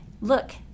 look